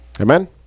Amen